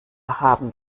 haben